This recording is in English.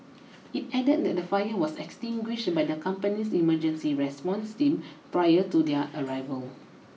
it added that the fire was extinguished by the company's emergency response team prior to their arrival